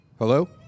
Hello